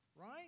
right